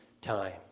time